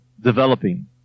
developing